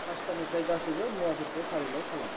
पास्तानिफ्राय गासैबो मुवाफोरखौ फारिलाइ खालाम